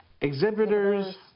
Exhibitors